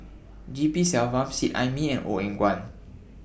G P Selvam Seet Ai Mee and Ong Eng Guan